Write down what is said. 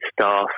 staff